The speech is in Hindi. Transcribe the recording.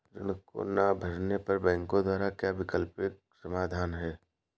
ऋण को ना भरने पर बैंकों द्वारा क्या वैकल्पिक समाधान हैं?